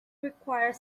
required